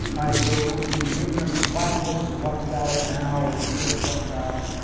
right, so you've given us the platforms. we've talked about it now let's talk about